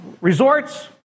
resorts